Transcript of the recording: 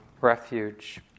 refuge